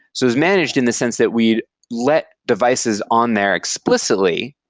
so it's managed in the sense that we let devices on there explicitly.